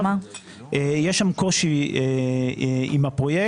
כי יש קושי עם הפרויקט.